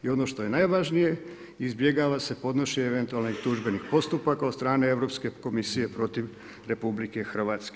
I ono što je najvažnije, izbjegava se podnošenje eventualnih tužbenih postupaka od strane Europske komisije protiv RH.